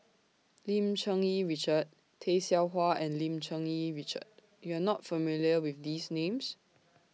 Lim Cherng Yih Richard Tay Seow Huah and Lim Cherng Yih Richard YOU Are not familiar with These Names